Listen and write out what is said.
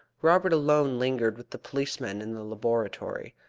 robert alone lingered with the policeman in the laboratory.